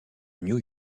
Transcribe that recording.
new